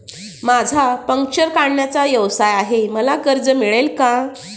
माझा पंक्चर काढण्याचा व्यवसाय आहे मला कर्ज मिळेल का?